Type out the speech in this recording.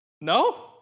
No